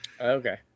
Okay